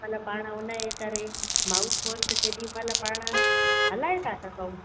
पाण उन जे करे बि माउथ वाश केॾीमहिल पाण हलाए था सघूं